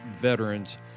veterans